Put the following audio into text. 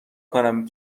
کنم